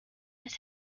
his